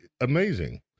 amazing